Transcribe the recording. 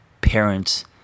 parents